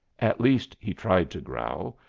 at least, he tried to growl,